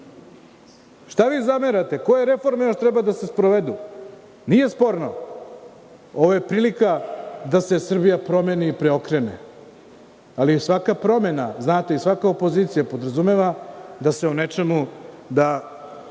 Šta vi zamerate, koje reforme treba da se još sprovedu? Nije sporno, ovo je prilika da se Srbija promeni i preokrene, ali je svaka promena, znate, i svaka opozicija podrazumeva da se o nečemu, da